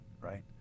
right